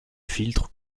filtre